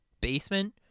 basement